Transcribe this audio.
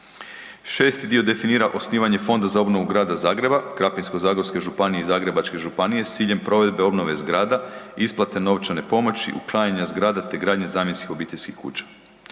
6. dio definira osnivanje Fonda za obnovu Grada Zagreba, Krapinsko-zagorske županije i Zagrebačke županije s ciljem provedbe obnove zgrada, isplate novčane pomoći, uklanjanje zgrada te gradnje zamjenskih obiteljskih kuća.